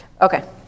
Okay